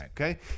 Okay